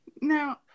now